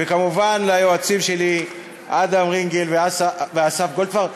וכמובן ליועצים שלי אדם רינגל ואסף גולדפרב.